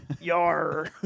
yar